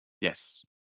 Yes